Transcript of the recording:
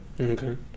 Okay